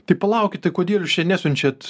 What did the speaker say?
tai palaukit tai kodėl jūs čia nesiunčiat